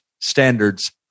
Standards